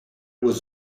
was